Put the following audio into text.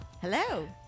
Hello